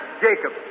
Jacob